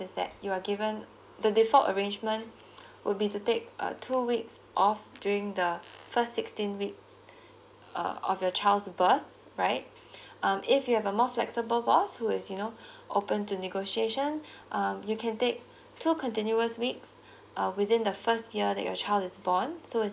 that you are given the default arrangement would be to take a two weeks off during the first sixteen weeks uh of your child's birth right um if you have a more flexible boss who is you know open to negotiation um you can take two continuous weeks uh within the first year that your child is born so is